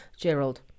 Gerald